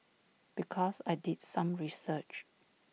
because I did some research